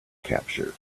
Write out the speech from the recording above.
capture